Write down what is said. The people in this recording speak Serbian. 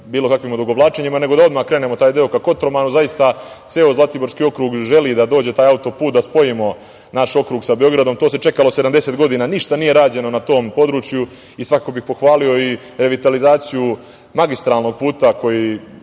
bilo kakvim odugovlačenjem, nego da odmah krenemo taj deo ka Kotromanu. Zaista, ceo Zlatiborski okrug želi da dođe taj autoput, da spojimo naš okrug sa Beogradom. To se čekalo 70 godina, ništa nije rađeno na tom području. Svakako bih pohvalio revitalizaciju magistralnog puta u koji